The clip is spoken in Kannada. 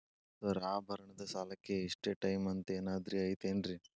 ಸರ್ ಆಭರಣದ ಸಾಲಕ್ಕೆ ಇಷ್ಟೇ ಟೈಮ್ ಅಂತೆನಾದ್ರಿ ಐತೇನ್ರೇ?